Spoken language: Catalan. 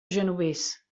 genovés